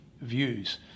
views